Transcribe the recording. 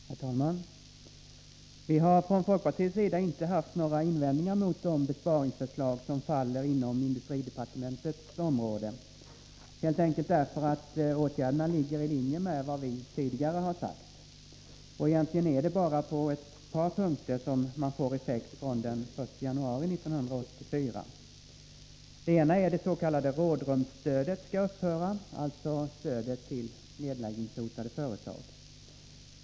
Herr talman! Vi har från folkpartiets sida inte haft några invändningar mot de besparingsförslag som faller inom industridepartementets område, helt enkelt därför att åtgärderna ligger i linje med vad vi tidigare sagt. Egentligen är det bara på ett par punkter som man får effekt från den 1 januari 1984. Den ena är att det s.k. rådrumsstödet skall upphöra, alltså stödet till nedläggningshotade företag.